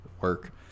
work